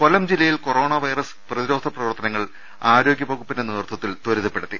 കൊ ല്ലം ജില്ലയിൽ coronavirus പ്രതിരോധ പ്രവർത്തനങ്ങൾ ആരോഗ്യ വകുപ്പിന്റെ നേതൃത്വത്തിൽ ത്വരിതപ്പെടുത്തി